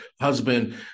husband